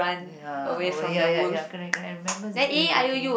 ya oh ya ya ya correct correct I remember the game lately